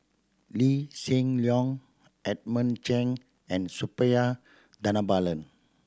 Lee Hsien Loong Edmund Chen and Suppiah Dhanabalan